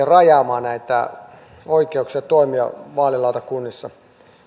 rajaamaan näitä oikeuksia toimia vaalilautakunnissa